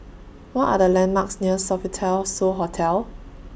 What Are The landmarks near Sofitel So Hotel